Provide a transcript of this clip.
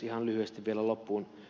ihan lyhyesti vielä loppuun